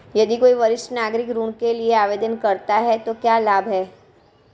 यदि कोई वरिष्ठ नागरिक ऋण के लिए आवेदन करता है तो क्या लाभ हैं?